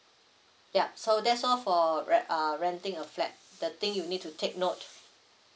yup so that's all for ren~ uh renting a flat the thing you need to take note